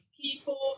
people